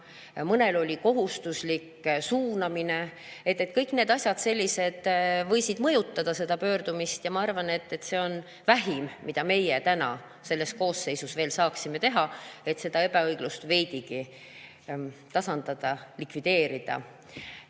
mõnel oli kohustuslik suunamine. Kõik need sellised asjad võisid mõjutada seda tagasipöördumist. Ma arvan, et see on vähim, mida meie selles koosseisus veel saaksime teha, et seda ebaõiglust veidigi tasandada, likvideerida.